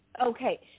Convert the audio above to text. okay